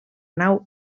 nau